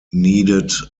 mules